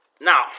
now